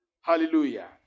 Hallelujah